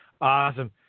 Awesome